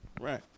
Right